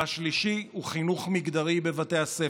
השלישי הוא חינוך מגדרי בבתי הספר.